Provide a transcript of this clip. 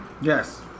Yes